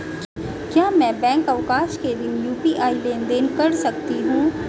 क्या मैं बैंक अवकाश के दिन यू.पी.आई लेनदेन कर सकता हूँ?